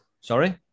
Sorry